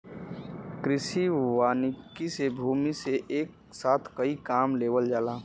कृषि वानिकी से भूमि से एके साथ कई काम लेवल जाला